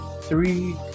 three